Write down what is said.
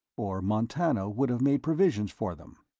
or montano would have made provisions for them.